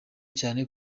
cyane